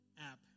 app